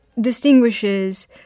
distinguishes